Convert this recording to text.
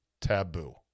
taboo